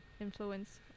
influence